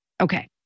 Okay